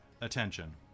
attention